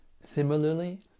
Similarly